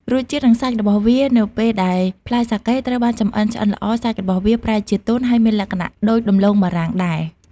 រសជាតិ និងសាច់របស់វា នៅពេលដែលផ្លែសាកេត្រូវបានចម្អិនឆ្អិនល្អ សាច់របស់វាប្រែជាទន់ ហើយមានលក្ខណៈដូចដំឡូងបារាំងដែរ។